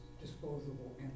disposable